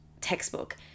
textbook